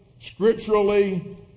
scripturally